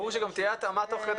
ברור שגם תהיה התאמה תוך כדי.